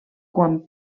quan